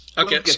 Okay